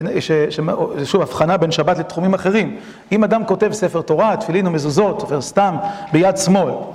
ששוב, הבחנה בין שבת לתחומים אחרים. אם אדם כותב ספר תורה, תפילין או מזוזות, סופר סת״ם, ביד שמאל.